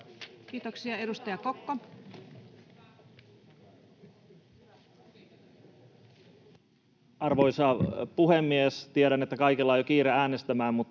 Time: 14:53 Content: Arvoisa puhemies! Tiedän, että kaikilla on jo kiire äänestämään, mutta